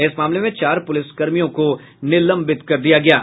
इस मामले में चार पुलिसकर्मी को निलंबित कर दिया गया है